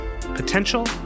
potential